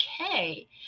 okay